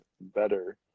better